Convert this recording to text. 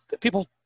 people